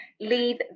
leave